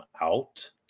out